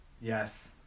Yes